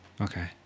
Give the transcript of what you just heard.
Okay